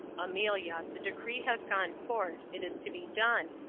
amelia, the decree has gone forth, it is to be done,